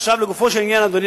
עכשיו לגופו של עניין, אדוני.